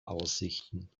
aussichten